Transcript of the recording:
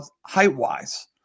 height-wise